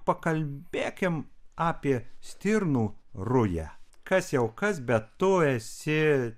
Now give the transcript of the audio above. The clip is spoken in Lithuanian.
pakalbėkim apie stirnų rują kas jau kas be tu esi